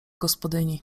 gospodyni